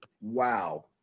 Wow